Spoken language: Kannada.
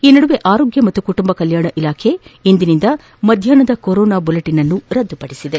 ಈ ನಡುವೆ ಆರೋಗ್ಯ ಮತ್ತು ಕುಟಂಬ ಕಲ್ಕಾಣ ಇಲಾಖೆ ಇಂದಿನಿಂದ ಮಧ್ಯಾಹ್ನದ ಕೊರೋನಾ ಬುಲೆಟಿನ್ ರದ್ದುಪಡಿಸಿದೆ